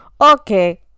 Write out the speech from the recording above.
Okay